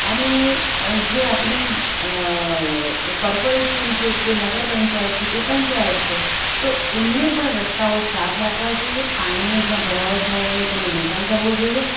અને જે આપણી કોર્પોરેશન છે કે નગર પંચાયત છે કે પંચાયત છે તો એમણે પણ રસ્તાઓ સાફ રાખવા જોઈએ પાણીનો જ્યાં ભરાવો થયો હોય તેનો નિકાલ કરવો જોઈએ